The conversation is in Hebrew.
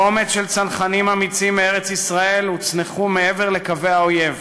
קומץ של צנחנים אמיצים מארץ-ישראל הוצנחו מעבר לקווי האויב.